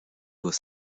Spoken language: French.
doit